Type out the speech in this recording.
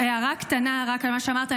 הערה קטנה רק על מה שאמרת.